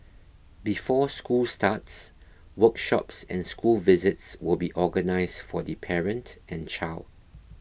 before school starts workshops and school visits will be organised for the parent and child